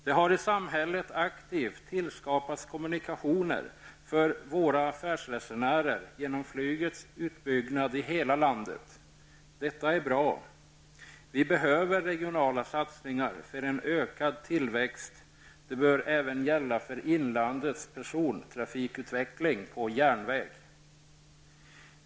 Det har i samhället aktivt tillskapats kommunikationer för våra affärsresenärer genom flygets utbyggnad i hela landet. Detta är bra. Vi behöver regionala satsningar för en ökad tillväxt. Detta bör även gälla för inlandets persontrafikutveckling på järnväg.